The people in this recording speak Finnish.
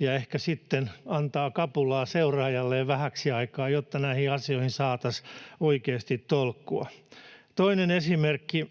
ja ehkä sitten antaa kapulaa seuraajalleen vähäksi aikaa, jotta näihin asioihin saataisiin oikeasti tolkkua. Toinen esimerkki: